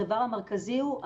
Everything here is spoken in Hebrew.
הדבר המרכזי הוא,